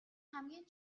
хамгийн